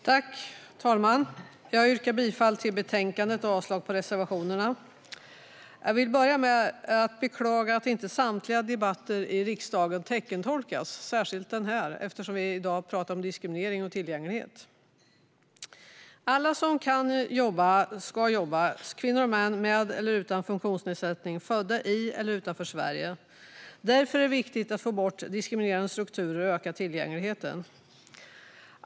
Fru talman! Jag yrkar bifall till förslaget och avslag på reservationerna. Jag vill börja med att beklaga att inte samtliga debatter i riksdagen teckentolkas, särskilt den här eftersom vi i dag talar om diskriminering och tillgänglighet. Alla som kan jobba ska jobba - kvinnor och män, med eller utan funktionsnedsättning, födda i eller utanför Sverige. Därför är det viktigt att få bort diskriminerande strukturer och öka tillgängligheten.